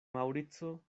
maŭrico